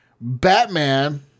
Batman